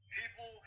people